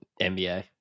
NBA